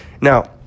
Now